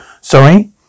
Sorry